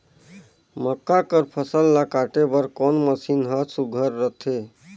मक्का कर फसल ला काटे बर कोन मशीन ह सुघ्घर रथे?